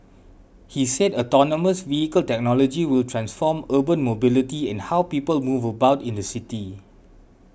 he said autonomous vehicle technology will transform urban mobility and how people move about in the city